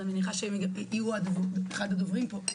אני מניחה שהם יהיו בין הדוברים פה,